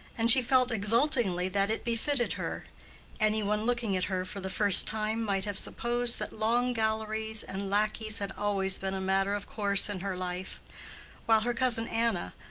and she felt exultingly that it befitted her any one looking at her for the first time might have supposed that long galleries and lackeys had always been a matter of course in her life while her cousin anna,